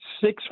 six